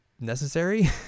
necessary